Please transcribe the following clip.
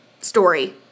story